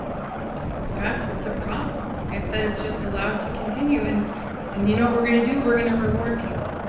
that's the problem. that it's just allowed to continue. and and you know what we're going to do, we're going to reward people.